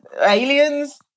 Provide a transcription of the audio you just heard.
aliens